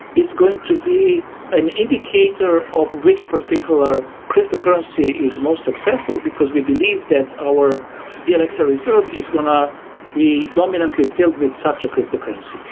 is going to be an indicator of which particular cryptocurrency is most successful, because we believe that our blxr like so reserve is going to be dominantly filled with such a cryptocurrency.